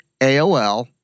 AOL